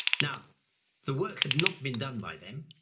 now the work had not been done by them,